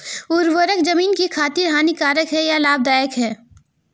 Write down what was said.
उर्वरक ज़मीन की खातिर हानिकारक है या लाभदायक है?